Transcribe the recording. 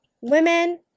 women